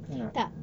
ha